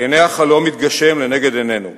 והנה החלום מתגשם לנגד עינינו.